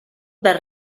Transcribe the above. dal